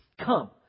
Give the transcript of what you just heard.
Come